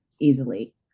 easily